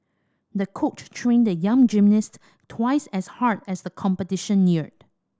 the coach trained the young gymnast twice as hard as the competition neared